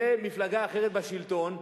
תהיה מפלגה אחרת בשלטון,